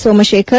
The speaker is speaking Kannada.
ಸೋಮಶೇಖರ್